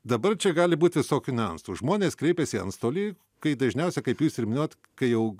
dabar čia gali būt visokių niuansų žmonės kreipėsi į antstolį kai dažniausiai kaip jūs ir minėjot kai jau